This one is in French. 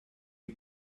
des